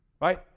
right